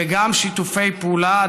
וגם שיתופי פעולה,